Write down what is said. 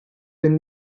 den